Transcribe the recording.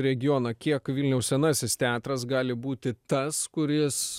regioną kiek vilniaus senasis teatras gali būti tas kuris